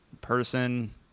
person